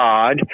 God